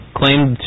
claimed